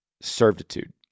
servitude